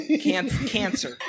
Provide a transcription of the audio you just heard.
Cancer